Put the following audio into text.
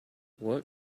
what